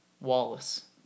Wallace